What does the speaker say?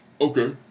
Okay